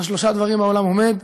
על שלושה דברים העולם עומד: